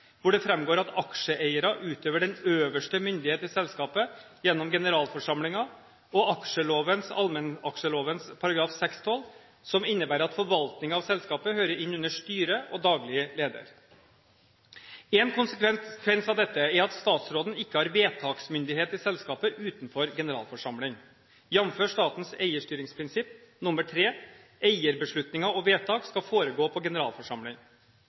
hvor det framgår at aksjeeierne utøver den øverste myndighet i selskapet gjennom generalforsamlingen, og aksjeloven/allmennaksjeloven § 6-12, som innebærer at forvaltningen av selskapet hører innunder styret og daglig leder. En konsekvens av dette er at statsråden ikke har vedtaksmyndighet i selskapet utenfor generalforsamlingen, jf. statens eierstyringsprinsipp nr. 3 «eierbeslutninger og vedtak skal foregå på generalforsamling».